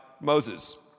Moses